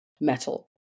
metal